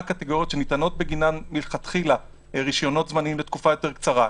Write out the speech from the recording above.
מה הקטגוריות שניתנות בגינן מלכתחילה רישיונות זמניים לתקופה יותר קצרה.